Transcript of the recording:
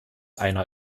einer